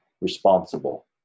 responsible